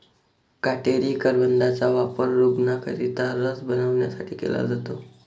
काटेरी करवंदाचा वापर रूग्णांकरिता रस बनवण्यासाठी केला जातो